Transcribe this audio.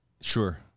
sure